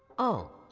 oh.